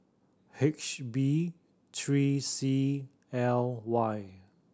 H B three C L Y